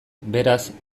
beraz